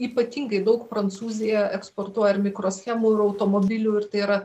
ypatingai daug prancūzija eksportuoja ir mikroschemų ir automobilių ir tai yra